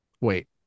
wait